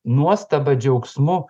nuostaba džiaugsmu